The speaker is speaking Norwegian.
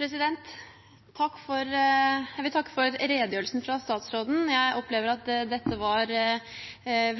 Jeg vil takke for redegjørelsen fra statsråden. Jeg opplever at den var